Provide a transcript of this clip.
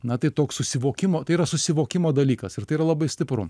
na tai toks susivokimo tai yra susivokimo dalykas ir tai yra labai stipru